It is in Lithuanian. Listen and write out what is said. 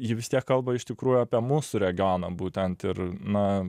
ji vis tiek kalba iš tikrųjų apie mūsų regioną būtent ir na